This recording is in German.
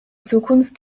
zukunft